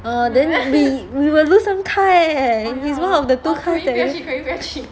err then we we will lose one car leh he's one of the two cars that you actually